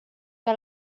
que